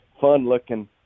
fun-looking